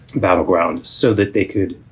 battleground so that they could